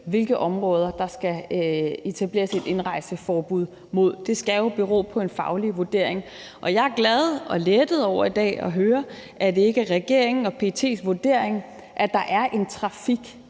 hvilke områder der skal etableres et indrejseforbud imod; det skal bero på en faglig vurdering. Og jeg er glad og lettet over at høre i dag, at det ikke er regeringens og PET's vurdering, at der er en trafik